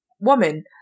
woman